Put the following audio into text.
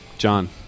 John